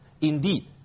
Indeed